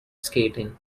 skating